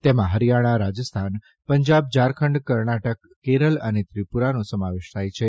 તેમાં હરિયાણા રાજસ્થાન પંજાબ ઝારખંડ કર્ણાટક કેરળ અને ત્રિપુરાનો સમાવેશ થાય છે